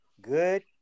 good